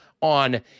on